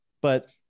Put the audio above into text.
but-